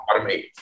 automate